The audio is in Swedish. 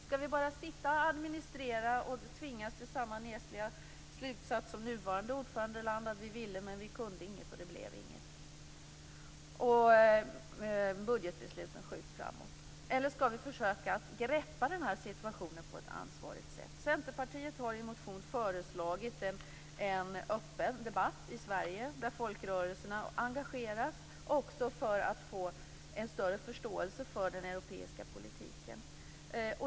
Skall vi bara sitta och administrera och tvingas till samma nesliga slutsats som nuvarande ordförandeland, dvs. att vi ville men att vi inte kunde och att det inte blev något av det, och skall budgetbesluten skjutas framåt? Eller skall vi försöka att greppa situationen på ett ansvarsfullt sätt? Centerpartiet har i en motion föreslagit en öppen debatt i Sverige, där folkrörelserna engageras, också för att vi skall få en större förståelse för den europeiska politiken.